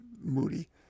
Moody